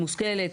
מושכלת,